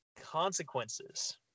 consequences